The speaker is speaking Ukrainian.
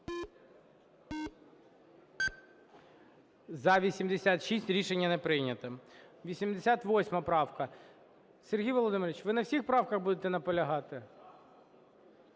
За-86 Рішення не прийнято. 88 правка. Сергій Володимирович, ви на всіх правках будете наполягати?